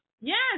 Yes